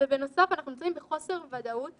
ובנוסף אנחנו נמצאים בחוסר ודאות